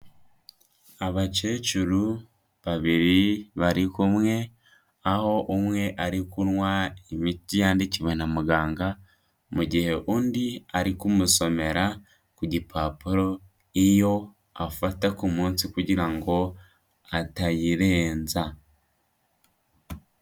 Abakecuru babiri bari kumwe, aho umwe ari kunywa imiti yandikiwe na muganga, mu gihe undi ari kumusomera ku gipapuro iyo afata ku munsi kugira ngo atayirenza.